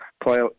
play